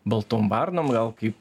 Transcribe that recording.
baltom varnom gal kaip